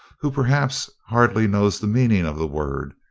who perhaps hardly knows the meaning of the word,